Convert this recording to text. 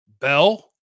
bell